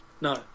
No